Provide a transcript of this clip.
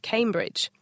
Cambridge